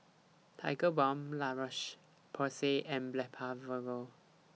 Tigerbalm La Roche Porsay and Blephagel